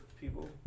people